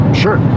sure